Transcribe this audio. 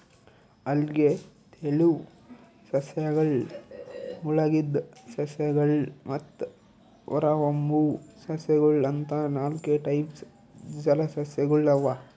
ಅಲ್ಗೆ, ತೆಲುವ್ ಸಸ್ಯಗಳ್, ಮುಳಗಿದ್ ಸಸ್ಯಗಳ್ ಮತ್ತ್ ಹೊರಹೊಮ್ಮುವ್ ಸಸ್ಯಗೊಳ್ ಅಂತಾ ನಾಲ್ಕ್ ಟೈಪ್ಸ್ ಜಲಸಸ್ಯಗೊಳ್ ಅವಾ